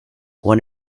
one